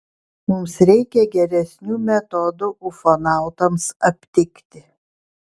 mums reikia geresnių metodų ufonautams aptikti